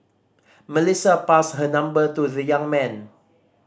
Melissa passed her number to the young man